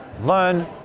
Learn